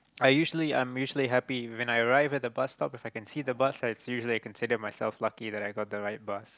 I usually am I usually happy when I arrive at the bus stop If I can see the bus I usually consider my self lucky that I get the right bus